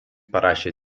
parašė